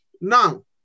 Now